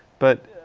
but